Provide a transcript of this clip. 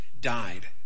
died